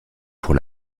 pour